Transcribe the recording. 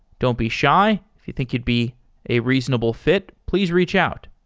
don't be shy. if you think you'd be a reasonable fit, please reach out.